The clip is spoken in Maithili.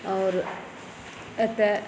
आओर एतऽ